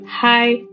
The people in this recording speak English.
Hi